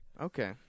Okay